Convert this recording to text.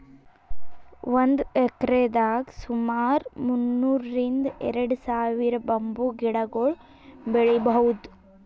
ಒಂದ್ ಎಕ್ರೆದಾಗ್ ಸುಮಾರ್ ಮುನ್ನೂರ್ರಿಂದ್ ಎರಡ ಸಾವಿರ್ ಬಂಬೂ ಗಿಡಗೊಳ್ ಬೆಳೀಭೌದು